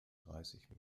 dreißig